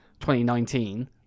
2019